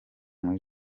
muri